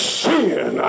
sin